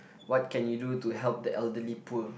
what can you do to help the elderly poor